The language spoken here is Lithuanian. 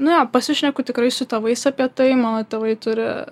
nu jo pasišneku tikrai su tėvais apie tai mano tėvai turi